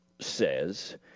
says